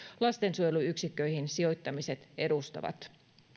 lastensuojeluyksikköihin sijoittamiset edustavat